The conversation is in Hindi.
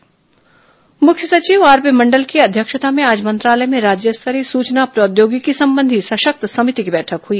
मुख्य सचिव बैठक मुख्य सचिव आरपी मण्डल की अध्यक्षता में आज मंत्रालय में राज्य स्तरीय सूचना प्रौद्योगिकी संबंधी सशक्त समिति की बैठक हुई